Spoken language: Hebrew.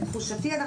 לתחושתי,